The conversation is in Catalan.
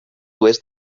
oest